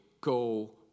go